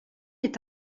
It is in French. est